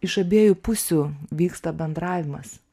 iš abiejų pusių vyksta bendravimas